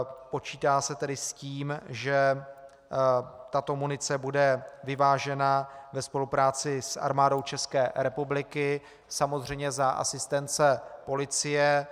Počítá se tedy s tím, že tato munice bude vyvážena ve spolupráci s Armádou České republiky, samozřejmě za asistence policie.